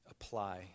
apply